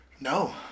No